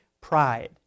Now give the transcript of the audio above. pride